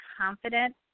confident